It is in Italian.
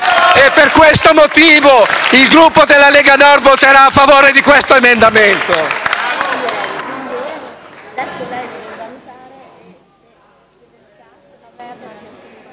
Per questo motivo il Gruppo della Lega Nord voterà a favore di questo emendamento.